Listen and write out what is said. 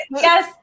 yes